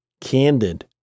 candid